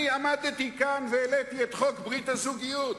אני עמדתי כאן והעליתי את חוק ברית הזוגיות.